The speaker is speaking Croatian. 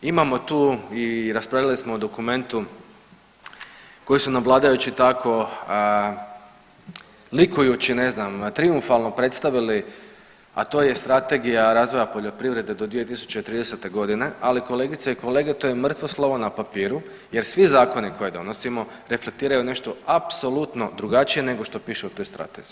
Imamo tu i raspravljali smo o dokumentu koji su nam vladajući tako likujući ne znam trijumfalno predstavili, a to je Strategija razvoja poljoprivrede do 2030. godine, ali kolegice i kolege to je mrtvo slovo na papiru jer svi zakoni koje donosimo reflektiraju nešto apsolutno drugačije nego što piše u toj strategiji.